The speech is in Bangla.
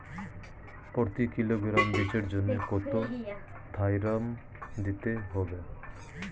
প্রতি কিলোগ্রাম বীজের জন্য কত থাইরাম দিতে হবে?